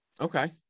okay